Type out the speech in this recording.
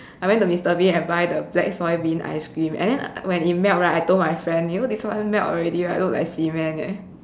I went to Mr Bean and buy the black soy bean ice cream and then when it melt right I told my friend you know this one melt already right look like cement leh